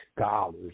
scholars